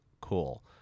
cool